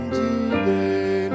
today